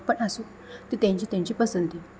पण आसूं त्यो तांची तांची पसंती